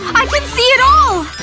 i can see it all!